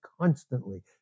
constantly